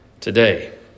today